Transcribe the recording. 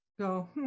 go